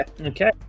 Okay